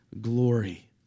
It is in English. glory